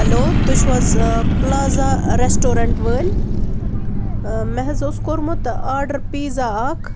hello تُہۍ چھُو حظ پٔلازا ریسٹورَنٛٹ وٲلۍ ٲ مےٚ حظ اوس کوٚرمُت آرڈَر پیٖزا اَکھ